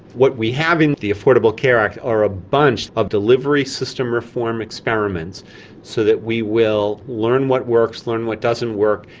what we have in the affordable care act are a bunch of delivery system reform experiments so that we will learn what works, learn what doesn't work,